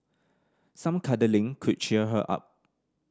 some cuddling could cheer her up